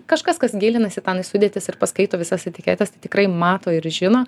kažkas kas gilinasi ten į sudėtis ir paskaito visas etiketes tai tikrai mato ir žino